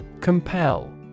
Compel